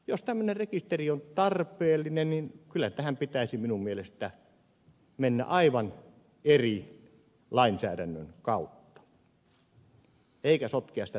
jos tämmöinen rekisteri on tarpeellinen niin kyllä tähän pitäisi minun mielestäni mennä aivan eri lainsäädännön kautta eikä sotkea sitä tähän passilakiin